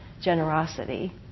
generosity